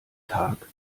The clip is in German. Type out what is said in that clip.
tag